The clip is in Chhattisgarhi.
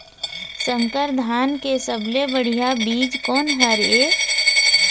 संकर धान के सबले बढ़िया बीज कोन हर ये?